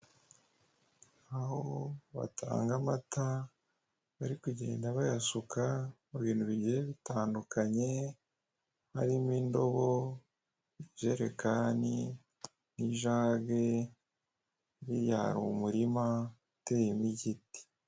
Aho batanga amata bari kugenda bayasuka mu bintu bigiye bitandukanye harimo; indobo, ijerekani, ijage, hirya hari umurima uteyemo igiti.